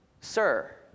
sir